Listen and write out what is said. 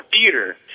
theater